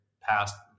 passed